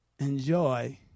Enjoy